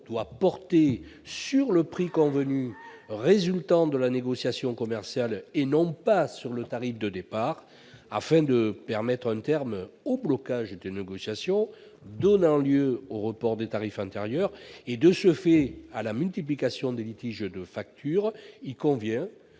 doit porter sur le prix convenu, résultant de la négociation commerciale, et non pas sur le tarif de départ. Afin de mettre un terme au blocage des négociations, donnant lieu au report des tarifs antérieurs et, de ce fait, à la multiplication des litiges de factures, il convient